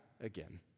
again